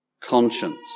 conscience